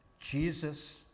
Jesus